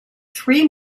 three